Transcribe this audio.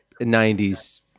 90s